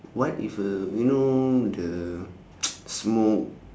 what if uh you know the smoke